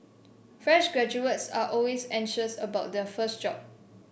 fresh graduates are always anxious about their first job